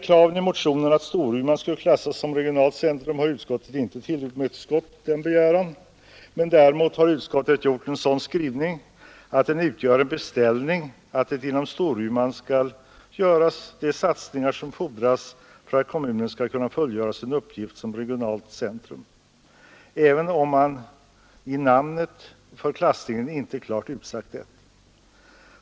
Kravet i motionen att Storuman skulle klassas som regionalt centrum har utskottet inte tillmötesgått, men däremot har utskottet gjort en sådan skrivning att den innebär en beställning att det inom Storuman skall göras de satsningar som erfordras för att kommunen skall kunna fullgöra sin uppgift som regionalt centrum, även om man i namnet för klassningen inte klart utsagt detta.